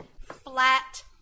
flat